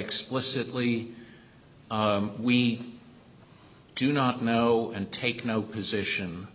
explicitly we do not know and take no position